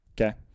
Okay